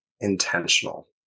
intentional